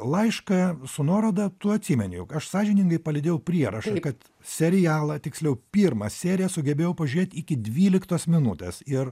laišką su nuoroda tu atsimeni juk aš sąžiningai palydėjau prierašą kad serialą tiksliau pirmą seriją sugebėjau pažiūrėt iki dvyliktos minutės ir